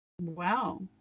Wow